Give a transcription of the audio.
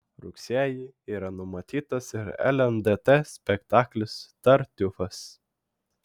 rugsėjį yra numatytas ir lndt spektaklis tartiufas